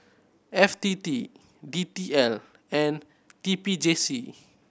F T T D T L and T P J C